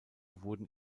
wurden